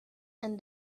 and